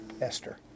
Esther